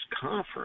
conference